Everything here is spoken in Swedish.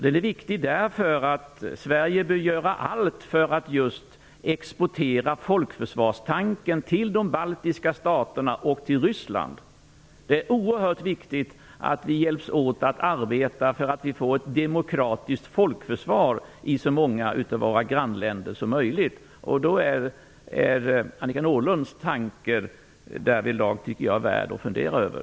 Den är viktig därför att Sverige bör göra allt för att just exportera folkförsvarstanken till de baltiska staterna och till Ryssland. Det är oerhört viktigt att vi hjälps åt att arbeta för att få ett demokratiskt folkförsvar i så många av våra grannländer som möjligt. Då är Annika Nordgrens tanke därvidlag värd att fundera över.